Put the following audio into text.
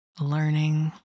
learning